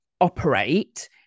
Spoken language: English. operate